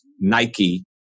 Nike